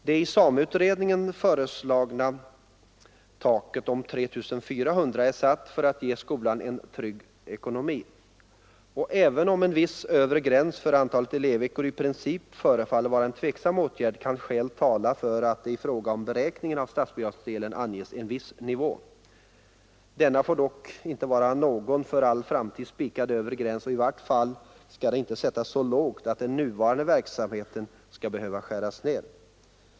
Det i sameutredningen föreslagna taket på 3 400 elevveckor är satt för att ge skolan en trygg ekonomi. Även om en viss övre gräns för antalet elevveckor i princip förefaller vara en tveksam åtgärd kan skäl tala för att det i fråga om beräkningen av statsbidragsdelen anges en viss nivå. Denna får dock inte vara någon för all framtid spikad övre gräns, och i vart fall skall den inte sättas så lågt att nuvarande verksamhet skall behöva skäras ned.